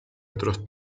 otros